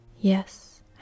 yes